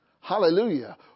Hallelujah